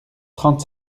trente